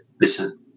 Listen